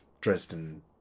Dresden